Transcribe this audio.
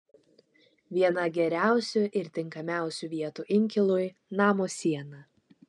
viena geriausių ir tinkamiausių vietų inkilui namo siena